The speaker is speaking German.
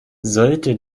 sollte